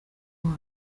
wabo